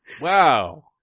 Wow